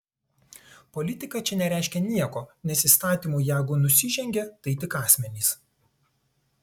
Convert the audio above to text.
politika čia nereiškia nieko nes įstatymui jeigu nusižengė tai tik asmenys